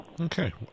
Okay